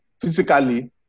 physically